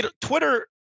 Twitter